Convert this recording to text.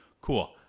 cool